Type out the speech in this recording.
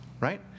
right